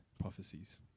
prophecies